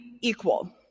equal